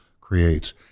creates